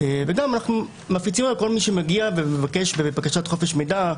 ואנחנו גם מפיצים לכל מי שמגיע ומבקש בבקשת חופש מידע,